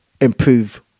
improve